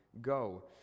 go